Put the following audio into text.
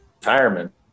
retirement